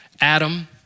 Adam